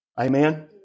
Amen